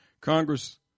Congress